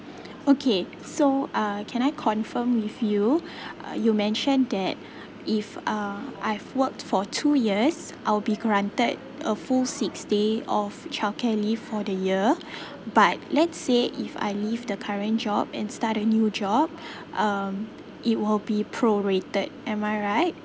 okay so uh can I confirm with you uh you mention that if uh I've worked for two years I'll be granted a full six day of childcare leave for the year but let's say if I leave the current job and start a new job um it will be prorated am I right